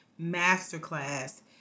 masterclass